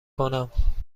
کنم